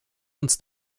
uns